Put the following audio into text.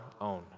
own